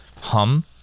hum